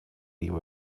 его